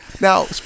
Now